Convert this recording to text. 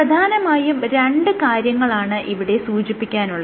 പ്രധാനമായും രണ്ട് കാര്യങ്ങളാണ് ഇവിടെ സൂചിപ്പിക്കാനുള്ളത്